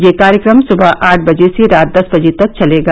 यह कार्यक्रम सुबह आठ बजे से रात दस बजे तक चलेगा